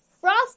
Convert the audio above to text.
Frost